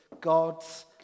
God's